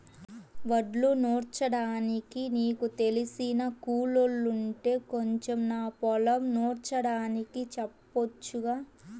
వడ్లు నూర్చడానికి నీకు తెలిసిన కూలోల్లుంటే కొంచెం నా పొలం నూర్చడానికి చెప్పొచ్చుగా